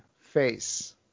face